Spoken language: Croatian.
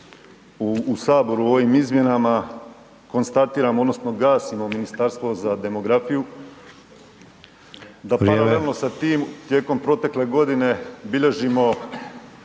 u Saboru o ovim izmjenama, konstatiramo, odnosno gasimo ministarstvo za demografiju .../Upadica: Vrijeme./... da paralelno sa tim tijekom protekle godine bilježimo